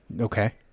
Okay